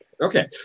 Okay